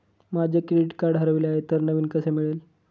माझे credit card हरवले आहे तर नवीन कसे मिळेल?